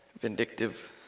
vindictive